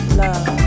love